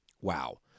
wow